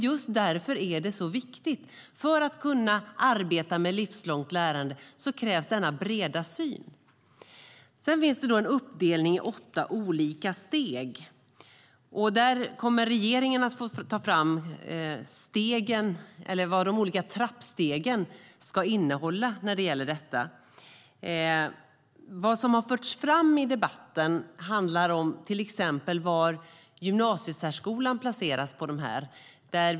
Just därför är det så viktigt. För att kunna arbeta med livslångt lärande krävs denna breda syn. Det finns en uppdelning i åtta olika steg. Där kommer regeringen att ta fram vad de olika trappstegen ska innehålla. Vad som har förts fram i debatten handlar om till exempel var gymnasiesärskolan placeras.